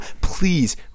please